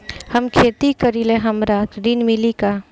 हम खेती करीले हमरा ऋण मिली का?